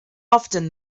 often